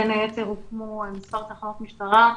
בין היתר הוקמו מספר תחנות משטרה.